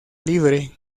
libre